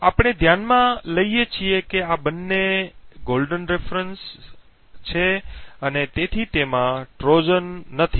તેથી આપણે ધ્યાનમાં લઈએ છીએ કે આ બંને સુવર્ણ મોડેલો છે અને તેથી તેમાં ટ્રોજન નથી